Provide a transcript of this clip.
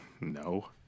No